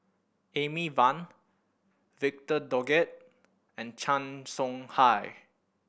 Amy Van Victor Doggett and Chan Soh Ha